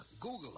Google